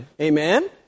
Amen